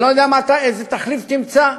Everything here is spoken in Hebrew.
אני לא יודע איזה תחליף תמצא.